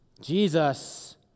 Jesus